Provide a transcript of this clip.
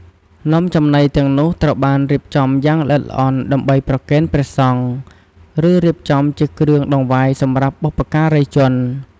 នំចំណីទាំងនោះត្រូវបានរៀបចំយ៉ាងល្អិតល្អន់ដើម្បី ប្រគេនព្រះសង្ឃ ឬរៀបចំជាគ្រឿងដង្វាយសម្រាប់បុព្វការីជន។